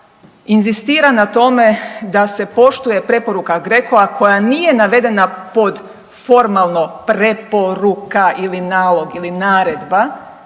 inzistira na tome da se poštuje preporuka GRECO-a koja nije navedena pod formalno preporuka ili nalog ili naredba,